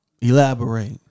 Elaborate